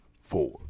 four